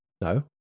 No